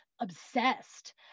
obsessed